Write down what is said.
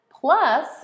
Plus